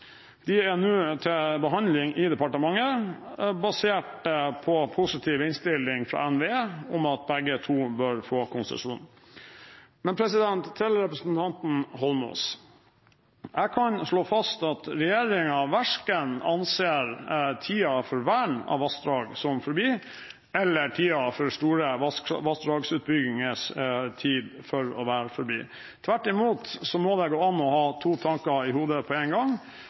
De er nå til behandling i departementet, basert på positiv innstilling fra NVE om at begge to bør få konsesjon. Til representanten Eidsvoll Holmås: Jeg kan slå fast at regjeringen verken anser tiden for vern av vassdrag som forbi eller tiden for store vassdragsutbygginger for å være forbi. Tvert imot må det gå an å ha to tanker i hodet på én gang.